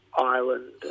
Ireland